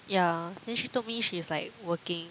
yeah then she told me she's like working